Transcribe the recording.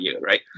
right